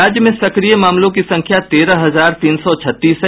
राज्य में सक्रिय मामलों की संख्या तेरह हजार तीन सौ छत्तीस है